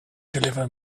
deliver